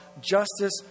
justice